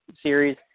series